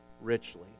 richly